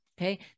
Okay